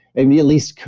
i mean, at least